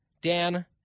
Dan